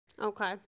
Okay